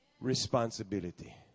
responsibility